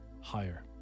Higher